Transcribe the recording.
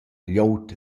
glieud